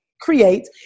create